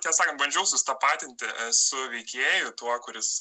tiesą sakant bandžiau susitapatinti esu veikėju tuo kuris